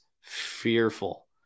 fearful